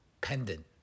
pendant